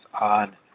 on